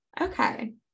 Okay